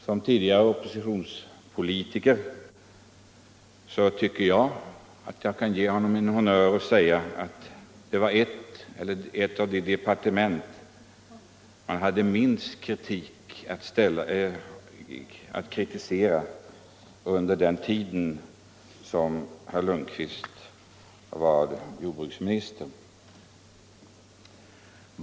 Som tidigare oppositionspolitiker tycker jag att jag kan ge honom en honnör och säga att hans departement vär ett av dem man hade minst anledning att kritisera under den tid herr Cundkvist var jordbruksminister.